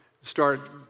start